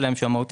עברה שנה שלמה,